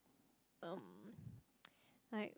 um like